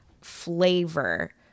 flavor